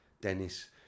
Dennis